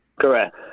correct